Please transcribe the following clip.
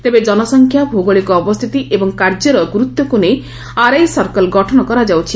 ତେବେ ଜନସଂଖ୍ୟା ଭୌଗଳିକ ଅବସ୍ଥିତି ଏବଂ କାର୍ଯ୍ୟର ଗୁରୁତ୍ୱକୁ ନେଇ ଆରଆଇ ସର୍କଲ ଗଠନ କରା ଯାଉଅଛି